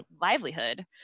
livelihood